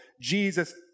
Jesus